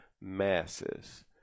masses